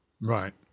Right